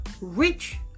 rich